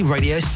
Radio